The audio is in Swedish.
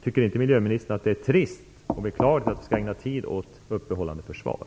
Tycker inte miljöministern att det är trist att vi skall behöva ägna tid åt ett uppehållande försvar?